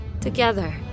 together